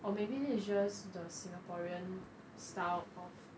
or maybe it's just the singaporean style of